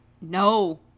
no